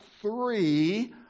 three